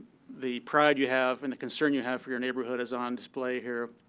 the pride you have and the concern you have for your neighborhood is on display here.